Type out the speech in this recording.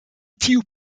tiu